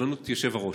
סבלנות היושב-ראש,